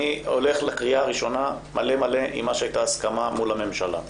אני הולך לקריאה הראשונה מלא-מלא עם מה שהייתה הסכמה מול הממשלה.